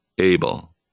Abel